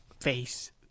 face